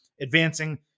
advancing